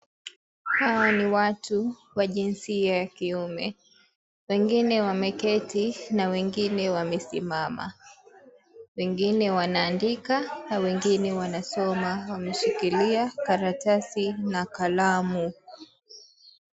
Hawa ni watu wa jinsia ya kiume, wengine wameketi na wengine wamesimama, wengine wanaandika na wengine wanasoma wameshikilia karatasi na kalamu.